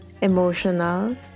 emotional